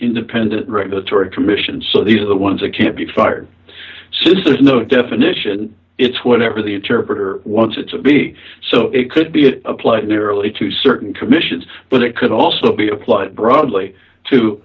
independent regulatory commission so these are the ones that can't be fired so there's no definition it's whatever the interpreter once it's a b so it could be applied early to certain commissions but it could also be applied broadly to